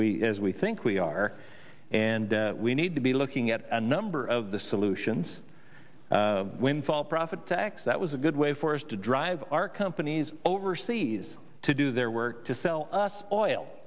we as we think we are and we need to be looking at a number of the solutions windfall profit tax that was a good way for us to drive our companies overseas to do their work to sell us oil